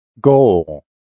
Goal